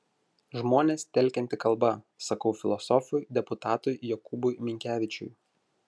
žmones telkianti kalba sakau filosofui deputatui jokūbui minkevičiui